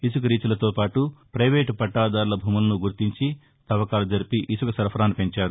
ఇసుక రీచ్లతో పాటు పైవేటు పట్టాదారుల భూములనూ గుర్తించి తవ్వకాలు జరిపి ఇసుక సరఫరాసు పెంచారు